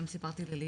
גם סיפרתי ללי